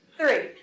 three